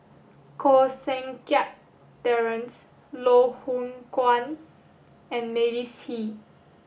Koh Seng Kiat Terence Loh Hoong Kwan and Mavis Hee